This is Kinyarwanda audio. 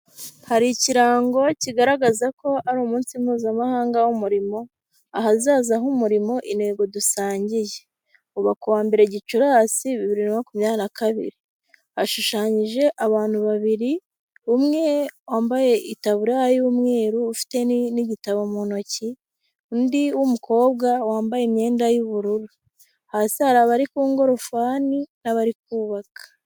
Hari ikirango kigaragaza ko ari umunsi mpuzamahanga w'umurimo, ahazaza h'umurimo intego dusangiye, uba kuwa mbere gicurasi bibiri na makumyabiri na kabiri, hashushanyije abantu babiri umwe wambaye itaburiya y'umweru ufite n'igitabo mu ntoki undi w'umukobwa wambaye imyenda y'ubururu, hasi hari abari ku ngorofani n'abari kubaka.